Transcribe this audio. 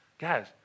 Guys